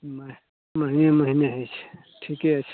महिने महिने होइ छै ठिके छै